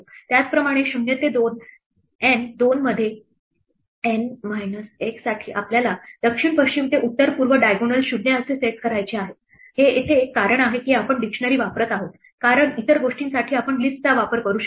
त्याचप्रमाणे 0 ते 2 N 2 मध्ये N minus 1 साठी आपल्याला दक्षिण पश्चिम ते उत्तर पूर्व डायगोनल 0 असे सेट करायचे आहे हे येथे एक कारण आहे की आपण डिक्शनरी वापरत आहोत कारण इतर गोष्टींसाठी आपण लिस्टचा वापर करू शकतो